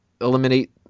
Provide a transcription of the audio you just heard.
eliminate